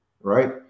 right